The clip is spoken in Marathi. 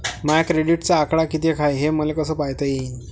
माया क्रेडिटचा आकडा कितीक हाय हे मले कस पायता येईन?